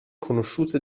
conosciute